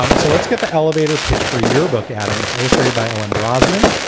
um so let's get the elevator pitch for your book. adam, it's illustrated by owen brozman.